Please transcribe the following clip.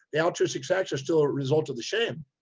the ultraustic acts are still a result of the shame.